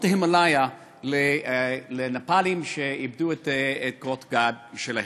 ההימלאיה לנפאלים שאיבדו את קורת הגג שלהם.